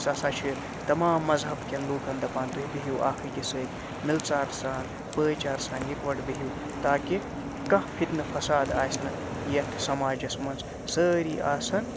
سُہ ہسا چھِ تمام مزہب کٮ۪ن لوٗکَن دَپان تُہۍ بِہِو اَکھ أکِس سۭتۍ مِلژار سان بٲے چاے سان یِکوَٹہٕ بِہِو تاکہِ کانٛہہ فِتنہٕ فساد آسہِ نہٕ یَتھ سماجَس منٛز سٲری آسَن